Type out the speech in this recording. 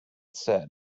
said